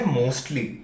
mostly